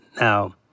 Now